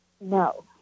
No